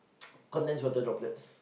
condensed water droplets